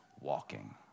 walking